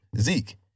Zeke